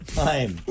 time